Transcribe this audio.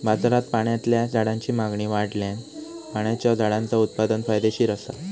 बाजारात पाण्यातल्या झाडांची मागणी वाढल्यान पाण्याच्या झाडांचा उत्पादन फायदेशीर असा